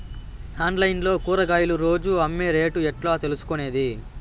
Online లో కూరగాయలు రోజు అమ్మే రేటు ఎట్లా తెలుసుకొనేది?